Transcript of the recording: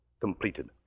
completed